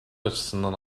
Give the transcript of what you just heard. açısından